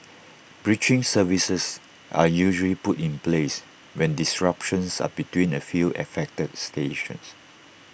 bridging services are usually put in place when disruptions are between A few affected stations